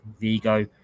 Vigo